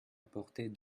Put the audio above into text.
apporter